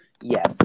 yes